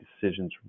decisions